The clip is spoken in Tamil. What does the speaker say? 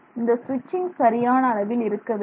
இந்த சுவிட்சிங் சரியான அளவில் இருக்க வேண்டும்